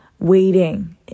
waiting